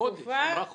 אמרה חודש.